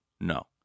no